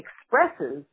expresses